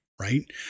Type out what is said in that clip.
right